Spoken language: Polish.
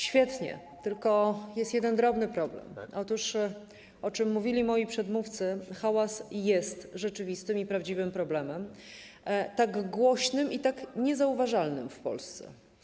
Świetnie, tylko jest jeden drobny problem: otóż, o czym mówili moi przedmówcy, hałas jest rzeczywistym i prawdziwym problemem, tak głośnym i niezauważalnym w Polsce.